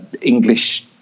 English